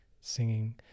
singing